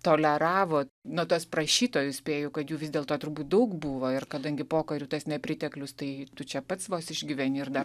toleravo nu tuos prašytojus spėju kad jų vis dėlto turbūt daug buvo ir kadangi pokariu tas nepriteklius tai tu čia pats vos išgyveni ir dar